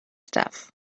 stuff